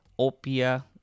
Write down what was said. opia